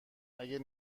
اگه